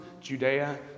Judea